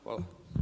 Hvala.